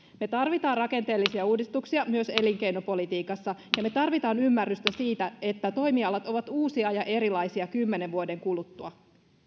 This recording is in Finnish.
me tarvitsemme rakenteellisia uudistuksia myös elinkeinopolitiikassa ja me tarvitsemme ymmärrystä siitä että toimialat ovat uusia ja erilaisia kymmenen vuoden kuluttua